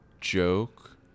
joke